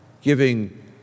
giving